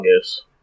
August